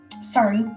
sorry